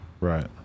Right